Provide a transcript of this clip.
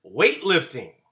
weightlifting